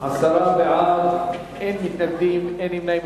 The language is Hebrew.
עשרה בעד, אין מתנגדים ואין נמנעים.